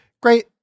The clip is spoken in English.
great